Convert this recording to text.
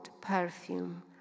perfume